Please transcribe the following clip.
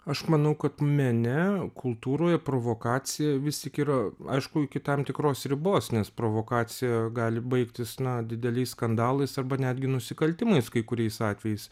aš manau kad mene kultūroje provokacija vis tik yra aišku iki tam tikros ribos nes provokacija gali baigtis na dideliais skandalais arba netgi nusikaltimais kai kuriais atvejais